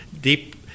deep